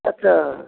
अच्छा